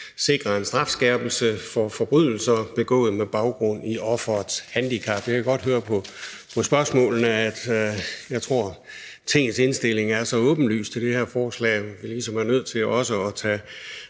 sikre en strafskærpelse for forbrydelser begået med baggrund i offerets handicap. Jeg kan godt høre på spørgsmålene, at jeg tror, at Tingets indstilling er så åbenlys i det her forslag, at vi ligesom er nødt til også at tage